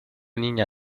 niña